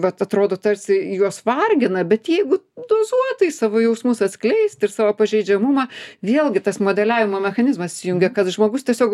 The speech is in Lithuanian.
vat atrodo tarsi juos vargina bet jeigu dozuotai savo jausmus atskleisti ir savo pažeidžiamumą vėlgi tas modeliavimo mechanizmas įsijungia kad žmogus tiesiog